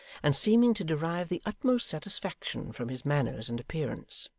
and seeming to derive the utmost satisfaction from his manners and appearance.